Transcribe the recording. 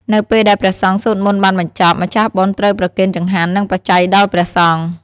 នៅពេលដែលព្រះសង្ឃសូត្រមន្តបានបញ្ចប់ ម្ខាស់បុណ្យត្រូវប្រគេនចង្ហាន់ និងបច្ច័យដល់ព្រះសង្ឃ។